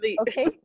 okay